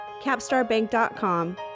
capstarbank.com